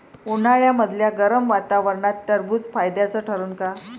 उन्हाळ्यामदल्या गरम वातावरनात टरबुज फायद्याचं ठरन का?